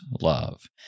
love